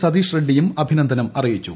സതീഷ് റെഡ്സിയും അഭിനന്ദനം അറിയിച്ചു